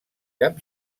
cap